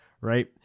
right